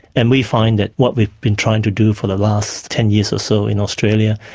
and we find that what we've been trying to do for the last ten years or so in australia,